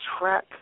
Track